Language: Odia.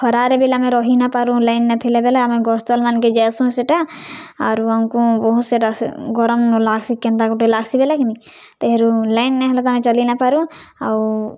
ଖରାରେ ବି ଆମେ ରହି ନାଇପାରୁ ଲାଇନ୍ ନାଇଥିଲେ ବେଲେ ଆମେ ଗଛ୍ ତଲ୍ ମାନ୍କେ ଯାଏସୁଁ ସେଟାସେ ଆରୁ ଆମ୍କୁ ବହୁତ୍ ସେଟା ଗରମ୍ ଲାଗ୍ସି କେନ୍ତା ଗୁଟେ ଲାଗ୍ସି ବେଲେ କିନି ତେହେରୁ ଲାଇନ୍ ନାଇଁ ହେଲେ ତ ଆମେ ଚଲି ନାଇପାରୁ ଆଉ